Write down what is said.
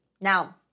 Now